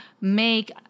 make